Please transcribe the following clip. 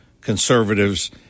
conservatives